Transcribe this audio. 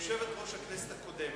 יושבת-ראש הכנסת הקודמת,